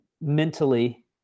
mentally